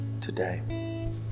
today